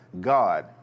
God